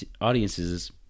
audiences